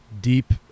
Deep